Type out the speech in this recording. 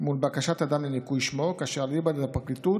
מול בקשת אדם לניקוי שמו, כאשר אליבא דפקליטות,